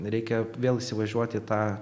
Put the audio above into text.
reikia vėl įsivažiuoti į tą